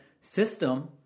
system